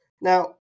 Now